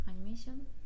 animation